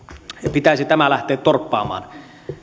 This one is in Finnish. pitäisi tämä lähteä torppaamaan